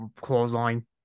clothesline